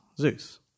Zeus